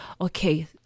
okay